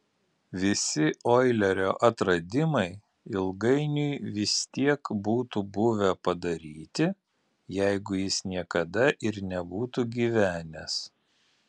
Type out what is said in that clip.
visi oilerio atradimai ilgainiui vis tiek būtų buvę padaryti jeigu jis niekada ir nebūtų gyvenęs